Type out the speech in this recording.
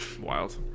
wild